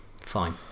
fine